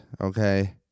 okay